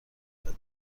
بده